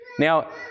Now